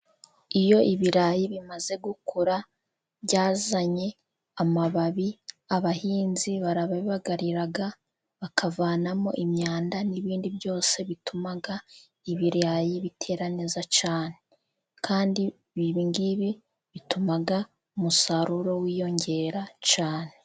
Iyo ibirayi bimaze gukura, byazanye amababi abahinzi barabagariraga, bakavanamo imyanda n'ibindi byose bituma ibirayi bitera neza cane. Kandi ibi ngibi bituma umusaruro wiyongera cyane.